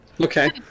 Okay